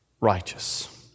righteous